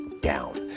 down